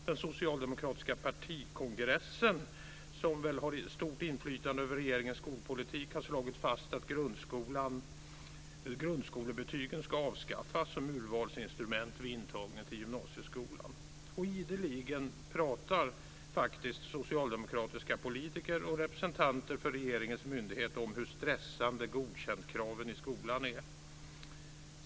Den socialdemokratiska partikongressen, som väl har stort inflytande över regeringens skolpolitik, har slagit fast att grundskolebetygen ska avskaffas som urvalsinstrument vid intagning till gymnasieskolan. Ideligen pratar faktiskt socialdemokratiska politiker och representanter för regeringens myndighet om hur stressande godkäntkraven i skolan är.